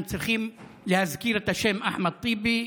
הם צריכים להזכיר את השם אחמד טיבי,